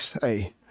hey